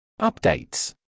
Updates